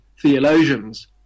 theologians